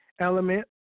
element